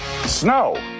snow